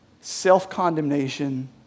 self-condemnation